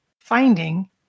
finding